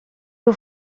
you